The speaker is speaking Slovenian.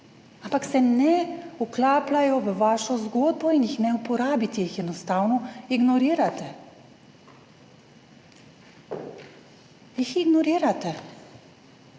ampak se ne vklapljajo v vašo zgodbo in jih ne uporabite, jih enostavno ignorirate, jih ignorirate.